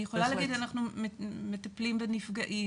אני יכולה להגיד שאנחנו מטפלים בנפגעים,